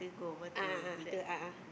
a'ah a'ah the a'ah